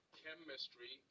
chemistry